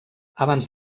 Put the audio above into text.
abans